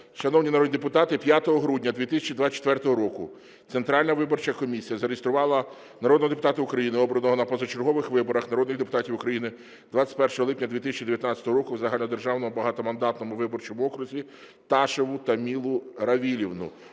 Шановні народні депутати, 5 грудня 2024 року Центральна виборча комісія зареєструвала народного депутата України, обраного на позачергових виборах народних депутатів 21 липня 2019 року в загальнодержавному багатомандатному виборчому окрузі, Ташеву Тамілу Равілівну,